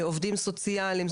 עובדים סוציאליים,